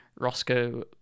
Roscoe